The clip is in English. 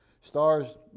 Stars